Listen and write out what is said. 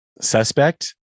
suspect